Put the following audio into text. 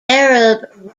arab